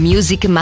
Music